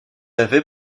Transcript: avait